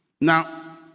Now